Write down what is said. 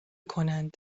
کنند